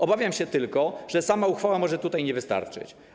Obawiam się tylko, że sama uchwała może tutaj nie wystarczyć.